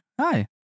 Hi